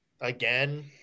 again